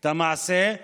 את המעשה,